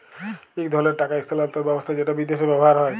ইক ধরলের টাকা ইস্থালাল্তর ব্যবস্থা যেট বিদেশে ব্যাভার হ্যয়